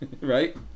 right